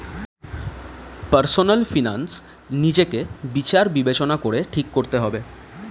personal finance নিজেকে বিচার বিবেচনা করে ঠিক করতে হবে